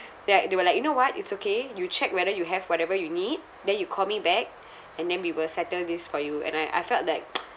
like they were like you know what it's okay you check whether you have whatever you need then you call me back and then we will settle this for you and I I felt that